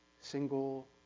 single